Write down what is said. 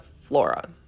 flora